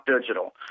digital